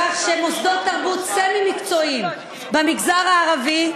כך שמוסדות תרבות סמי-מקצועיים במגזר הערבי,